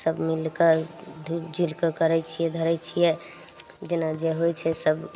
सब मिलके जुलि के करय छियै धरय छियै जेना जे होइ छै सब